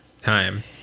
time